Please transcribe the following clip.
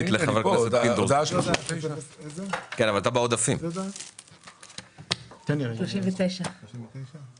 לגמרי ידוע ולכן עם התממשות ותחילת כהונת הנשיא בפועל,